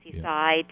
side